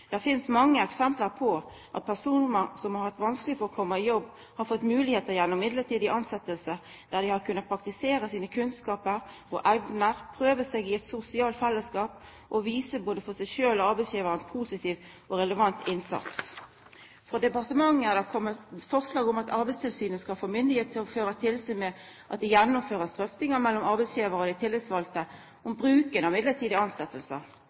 Det finst mange eksempel på at personar som har hatt vanskeleg for å koma i jobb, har fått moglegheiter gjennom midlertidig tilsetjing der dei har kunna praktisera sine kunnskapar og evner, prøvd seg i eit sosialt fellesskap og vist både seg sjølv og arbeidsgivaren ein positiv og relevant innsats. Frå departementet er det kome forslag om at Arbeidstilsynet skal få myndigheit til å føra tilsyn med at det blir gjennomført drøftingar mellom arbeidsgivar og dei tillitsvalde om bruken av